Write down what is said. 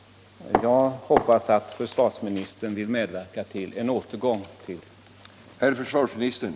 Jag hoppas att försvarsministern vill medverka till en återgång till tidigare ordning.